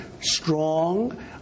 strong